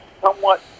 somewhat